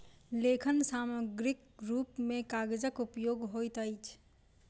लेखन सामग्रीक रूप मे कागजक उपयोग होइत अछि